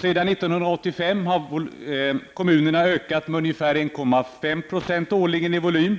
Sedan år 1985 har kommunerna ökat med ungefär 1,5 % årligen i volym.